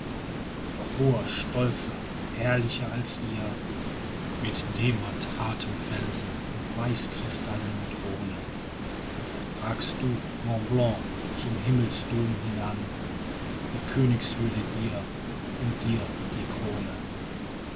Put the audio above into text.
doch höher stolzer herrlicher als ihr mit demanthartem fels und weißkrystallnem throne ragst du mont blanc zum himmelsdom hinan die königswürde dir und dir die krone